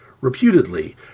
Reputedly